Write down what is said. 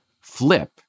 flip